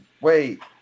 wait